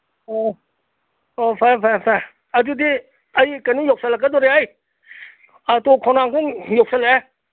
ꯑꯣ ꯑꯣ ꯐꯔꯦ ꯐꯔꯦ ꯐꯔꯦ ꯑꯗꯨꯗꯤ ꯑꯩ ꯀꯩꯅꯣ ꯌꯧꯁꯜꯂꯛꯀꯗꯣꯔꯦꯍꯩ ꯇꯣꯞ ꯈꯣꯡꯅꯥꯡꯈꯣꯡ ꯌꯧꯁꯜꯂꯛꯑꯦ